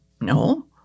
no